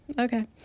Okay